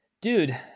Dude